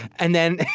and then,